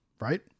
right